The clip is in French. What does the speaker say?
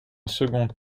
second